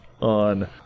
On